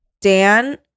Dan